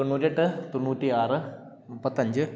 തൊണ്ണൂറ്റി എട്ട് തൊണ്ണൂറ്റി ആറ് മുപ്പത്തി അഞ്ച്